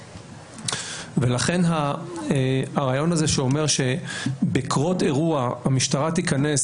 לכן הרעיון הזה שאומר שבקרות אירוע המשטרה תיכנס